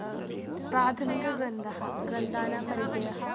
प्राथमिकग्रन्थः ग्रन्थानां परिचयः